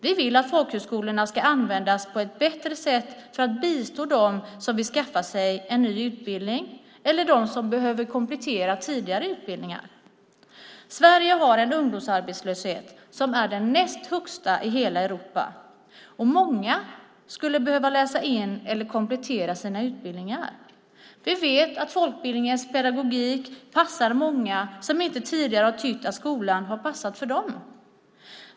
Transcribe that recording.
Vi vill att folkhögskolorna ska användas på ett bättre sätt för att bistå dem som vill skaffa sig en ny utbildning eller dem som behöver komplettera tidigare utbildning. Sverige har en ungdomsarbetslöshet som är den näst högsta i hela Europa, och många skulle behöva läsa in eller komplettera sina utbildningar. Vi vet att folkbildningens pedagogik passar många som inte tidigare har tyckt att skolan har passat för dem.